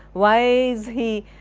why is he,